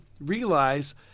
realize